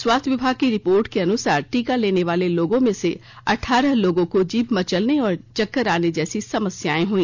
स्वास्थ विभाग की रिपोर्ट के अनुसार टीकालेने वाले लोगों में से अठारह लोगों को जीभ मचलने और चक्कर आने जैसी समस्याएं हुई